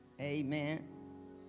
amen